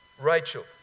Rachel